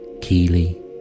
keely